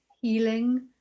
healing